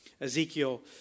Ezekiel